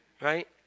Right